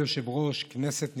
אדוני היושב-ראש, כנסת נכבדה,